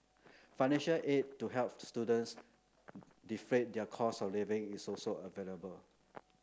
financial aid to help students defray their costs of living is also available